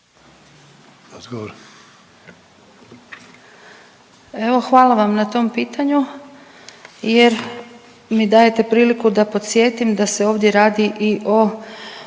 hvala vam na tom pitanju jer mi dajete priliku da podsjetim da se ovdje radi i o